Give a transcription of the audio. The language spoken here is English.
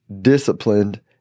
disciplined